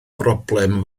broblem